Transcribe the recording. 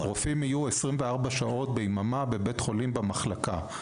רופאים יהיו 24 שעות ביממה בבית חולים במחלקה.